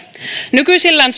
nykyisellään